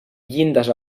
llindes